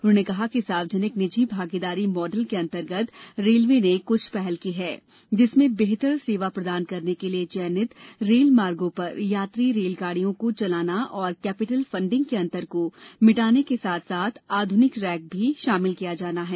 उन्होंने कहा कि सार्वजनिक निजी भागीदारी मॉडल के अंतर्गत रेलवे ने कुछ पहल की है जिसमें बेहतर सेवा प्रदान करने के लिए चयनित रेल मार्गों पर यात्री रेलगाड़ियों को चलाना और कैपिटल फंडिंग के अंतर को मिटाने के साथ साथ आधुनिक रेक भी शामिल किया जाना है